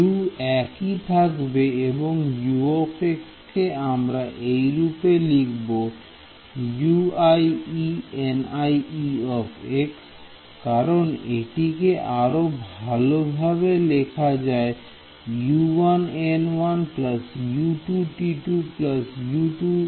U একই থাকবে এবং U কে আমরা এই রূপে লিখব কারণ এটিকে আরো ভালো ভাবে লেখা যায় U1N1 U2T2 U3T3 U4N4